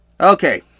Okay